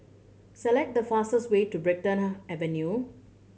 select the fastest way to Brighton Avenue